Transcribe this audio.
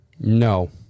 No